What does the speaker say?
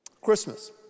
Christmas